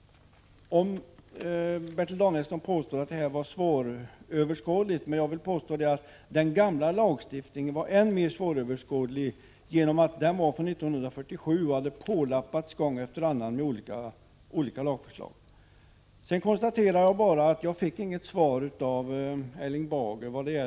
Bertil Danielsson påstår att det här är svåröverskådligt. Jag vill påstå att den gamla lagstiftningen var än mer svåröverskådlig, genom att den var från 1947 och gång efter annan hade lappats på med nya lagförslag. Sedan konstaterar jag att jag inte fick något svar av Erling Bager när det — Prot.